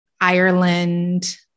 Ireland